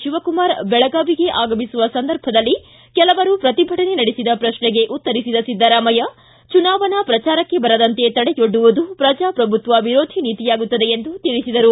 ಶಿವಕುಮಾರ್ ಬೆಳಗಾವಿಗೆ ಆಗಮಿಸುವ ಸಂದರ್ಭದಲ್ಲಿ ಕೆಲವರು ಶ್ರತಿಭಟನೆ ನಡೆಸಿದ ಶ್ರಕ್ಷೆಗೆ ಉತ್ತರಿಸಿದ ಸಿದ್ದರಾಮಯ್ಯ ಚುನಾವಣಾ ಪ್ರಚಾರಕ್ಷೆ ಬರದಂತೆ ತಡೆಯೊಡ್ಡುವುದು ಪ್ರಚಾಶ್ರಭುತ್ವ ವಿರೋಧಿ ನೀತಿಯಾಗುತ್ತದೆ ಎಂದು ತಿಳಿಸಿದರು